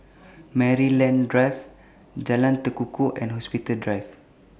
Maryland Drive Jalan Tekukor and Hospital Drive